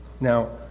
Now